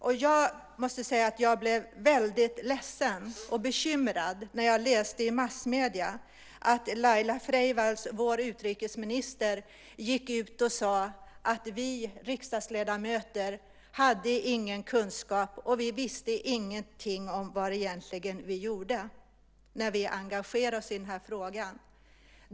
Och jag måste säga att jag blev väldigt ledsen och bekymrad när jag läste i massmedier att Laila Freivalds, vår utrikesminister, sade att vi riksdagsledamöter inte hade någon kunskap och att vi inte visste någonting om vad vi egentligen gjorde när vi engagerade oss i den här frågan.